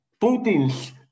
Putin's